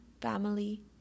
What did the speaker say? family